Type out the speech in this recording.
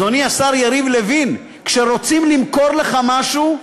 אדוני השר יריב לוין, כשרוצים למכור לך משהו,